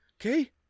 okay